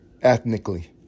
ethnically